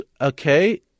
Okay